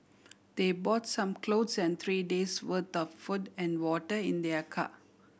they bought some clothes and three days' worth of food and water in their car